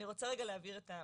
אני רוצה רגע להבהיר את המצב,